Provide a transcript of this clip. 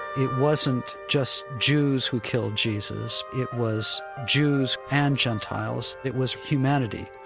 it wasn't just jews who killed jesus, it was jews and gentiles. it was humanity.